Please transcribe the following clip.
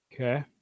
okay